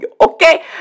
okay